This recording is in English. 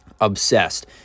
Obsessed